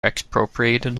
expropriated